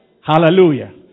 Hallelujah